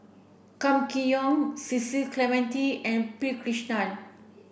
Kam Kee Yong Cecil Clementi and P Krishnan